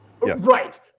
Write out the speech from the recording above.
Right